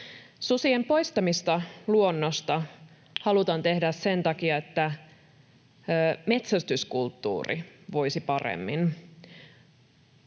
Susien poistamista luonnosta halutaan tehdä sen takia, että metsästyskulttuuri voisi paremmin.